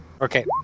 Okay